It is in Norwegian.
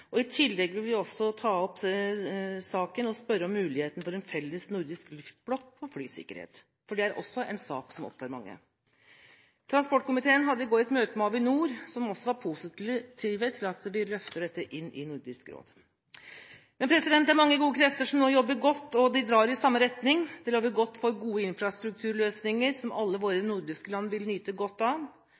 I tillegg vil vi også ta opp saken og spørre om muligheten for en felles nordisk luftblokk på flysikkerhet, for det er også en sak som opptar mange. Transportkomiteen hadde i går et møte med Avinor, som også var positiv til at vi løfter dette inn i Nordisk råd. Det er mange gode krefter som nå jobber godt, og de drar i samme retning. Det lover godt for gode infrastrukturløsninger, som alle våre nordiske land vil nyte godt av,